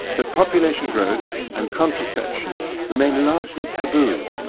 that population growth and contraception remain largely taboo,